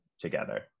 together